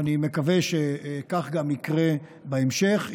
ואני מקווה שכך גם יקרה בהמשך,